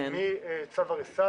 מצו הריסה,